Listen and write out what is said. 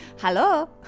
Hello